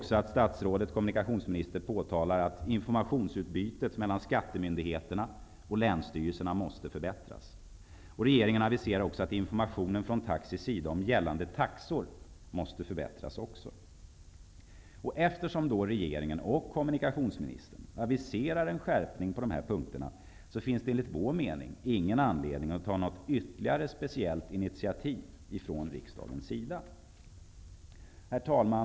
Statsrådet, kommunikationsministern, påtalar också att informationsutbytet mellan skattemyndigheterna och länsstyrelserna måste förbättras. Regeringen aviserar att informationen från taxis sida om gällande taxor också måste förbättras. Eftersom regeringen och kommunikationsministern aviserar en skärpning på dessa punkter finns det enligt vår mening ingen anledning att ta något ytterligare initiativ från riksdagens sida. Herr talman!